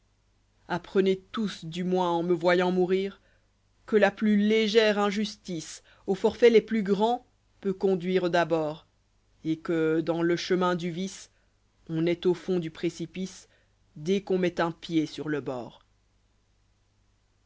apprenez tous du moins en me voyant mourir que la plus k'gcre injustice aux forfaits les plus grands peut conduire d'abord et que d ins b cbumin du vice on est au fond du précipice dès qu'on met un pied sur le bord